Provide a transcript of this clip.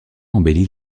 embellit